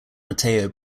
mateo